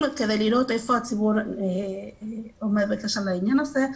כדי לראות היכן הציבור עומד בקשר לנושא.